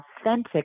authentic